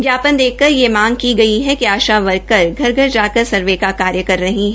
ज्ञापन देकर यह मांग की गई है कि आशा वर्कर घर घर जाकर सर्वे का कार्य कर रही है